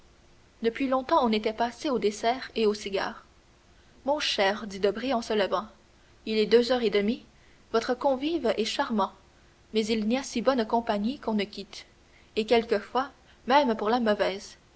depuis longtemps on était passé au dessert et aux cigares mon cher dit debray en se levant il est deux heures et demie votre convive est charmant mais il n'y a si bonne compagnie qu'on ne quitte et quelquefois même pour la mauvaise